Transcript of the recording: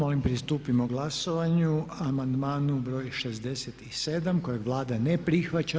Molim pristupimo glasovanju, amandmanu br. 67. kojeg Vlada ne prihvaća.